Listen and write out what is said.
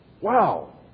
wow